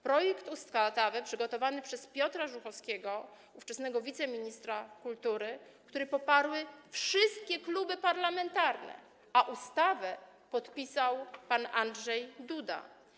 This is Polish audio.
Projekt ustawy został przygotowany przez Piotra Żuchowskiego, ówczesnego wiceministra kultury, poparły go wszystkie kluby parlamentarne, a ustawę podpisał pan Andrzej Duda.